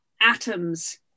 atoms